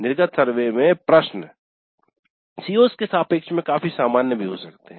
निर्गत सर्वे में प्रश्न CO's के सापेक्ष में काफी सामान्य भी हो सकते हैं